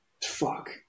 Fuck